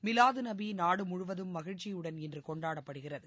மிலாது நபி நாடு முழுவதும் மகிழ்ச்சியுடன் இன்று கொண்டாடப்படுகிறது